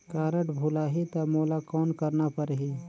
Card भुलाही ता मोला कौन करना परही?